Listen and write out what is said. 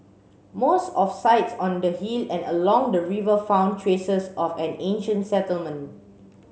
most of sites on the hill and along the river found traces of an ancient settlement